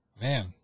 Man